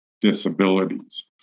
disabilities